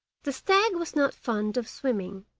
the stag was not fond of swimming,